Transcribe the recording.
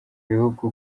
bihugu